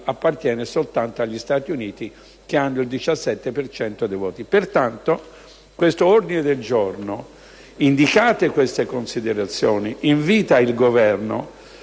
appartiene soltanto agli Stati Uniti, che hanno il 17 per cento dei voti. Pertanto, l'ordine del giorno G1, indicate queste considerazioni, invita il Governo